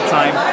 time